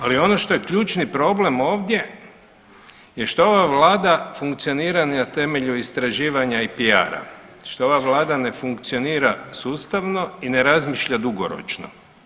Ali ono što je ključni problem ovdje je što ova Vlada funkcionira na temelju istraživanja i PR-a, što ova Vlada ne funkcionira sustavno i ne razmišlja dugoročno.